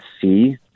see